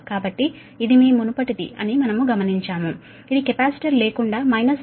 కాబట్టి ఇది మీ మునుపటిది అని మనము గమనించాము ఇది కెపాసిటర్ లేకుండా మైనస్ 36